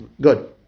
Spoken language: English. Good